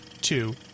two